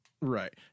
Right